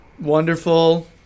Wonderful